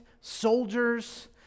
soldiers